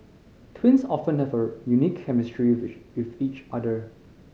twins often have a unique chemistry with with each other